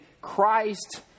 Christ